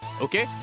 okay